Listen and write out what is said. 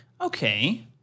Okay